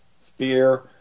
fear